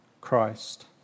Christ